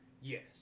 yes